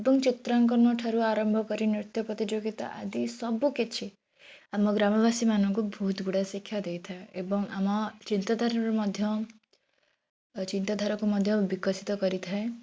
ଏବଂ ଚିତ୍ରାଙ୍କନ ଠାରୁ ଆରମ୍ଭ କରି ନୃତ୍ୟ ପ୍ରତିଯୋଗିତା ଆଦି ସବୁକିଛି ଆମ ଗ୍ରାମବାସୀ ମାନଙ୍କୁ ବହୁତ ଗୁଡ଼ାଏ ଶିକ୍ଷା ଦେଇଥାଏ ଏବଂ ଆମ ଚିନ୍ତାଧାରାରୁ ମଧ୍ୟ ଚିନ୍ତାଧାରକୁ ମଧ୍ୟ ବିକଶିତ କରିଥାଏ